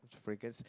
fragrance